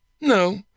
No